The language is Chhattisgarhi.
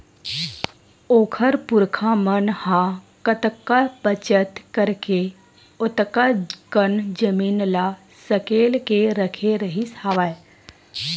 ओखर पुरखा मन ह कतका बचत करके ओतका कन जमीन ल सकेल के रखे रिहिस हवय